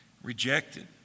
Rejected